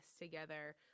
together